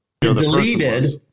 deleted